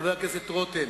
חבר הכנסת רותם.